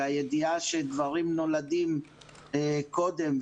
והידיעה שדברים נולדים קודם.